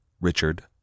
Richard